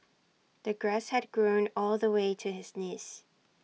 the grass had grown all the way to his knees